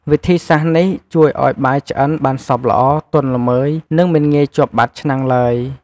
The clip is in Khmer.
វិធីសាស្ត្រនេះ ជួយឲ្យបាយឆ្អិនបានសព្វល្អ ទន់ល្មើយ និងមិនងាយជាប់បាតឆ្នាំងឡើយ។